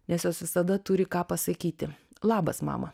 nes jos visada turi ką pasakyti labas mama